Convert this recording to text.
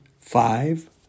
five